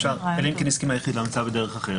אלא אם כן הסכים היחיד לדרך אחרת,